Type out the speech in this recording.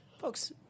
Folks